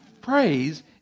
praise